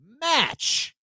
match